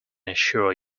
assure